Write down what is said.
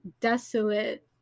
desolate